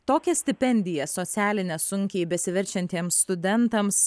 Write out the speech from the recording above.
tokias stipendijas socialines sunkiai besiverčiantiems studentams